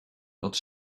dat